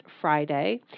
Friday